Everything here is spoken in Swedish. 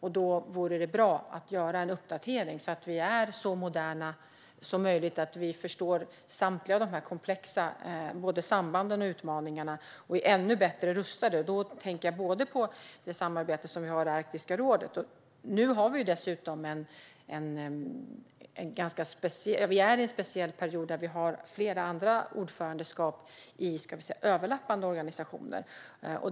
Det vore därför bra att göra en uppdatering så att vi är så moderna som möjligt, förstår samtliga dessa komplexa samband och utmaningar och är ännu bättre rustade. Jag tänker både på samarbetet i Arktiska rådet och på den ganska speciella period vi befinner oss i, där vi har flera andra ordförandeskap i överlappande organisationer.